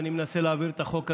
אני מנסה להעביר את החוק הזה,